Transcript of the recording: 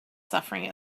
suffering